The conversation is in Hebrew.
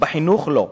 ובחינוך לה.